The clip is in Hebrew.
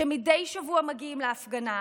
שמדי שבוע מגיעים להפגנה.